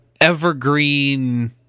Evergreen